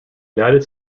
united